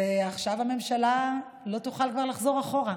ועכשיו הממשלה כבר לא תוכל לחזור אחורה.